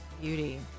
beauty